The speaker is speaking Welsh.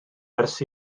ers